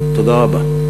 תודה רבה.